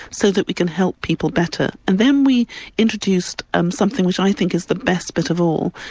so that we can help people better. and then we introduced um something which i think is the best bit of all,